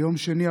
ביום שני,